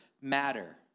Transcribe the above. matter